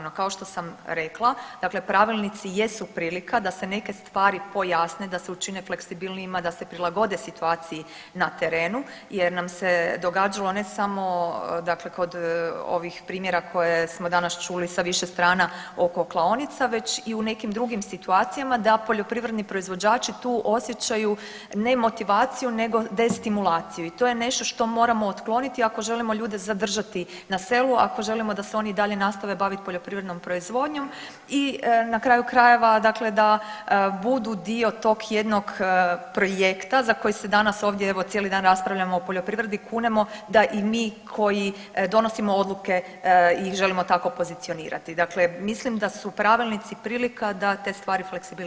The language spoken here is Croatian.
No, kao što sam rekla, dakle pravilnici jesu prilika da se neke stvari pojasne, da se učine fleksibilnijima, da se prilagode situaciji na terenu jer nam se događalo ne samo dakle kod ovih primjera koje smo danas čuli sa više strana oko klaonica već i u nekim drugim situacijama da poljoprivredni proizvođači tu osjećaju ne motivaciju nego destimulaciju i to je nešto što moramo otkloniti ako želimo ljude zadržati na selu, ako želimo da se oni i dalje nastave bavit poljoprivrednom proizvodnjom i na kraju krajeva dakle da budu dio tog jednog projekta za koji se danas ovdje evo cijeli dan raspravljamo o poljoprivredi kunemo da i mi koji donosimo odluke ih želimo tako pozicionirati, dakle mislim da su pravilnici prilika da te stvari fleksibiliziramo.